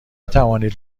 توانید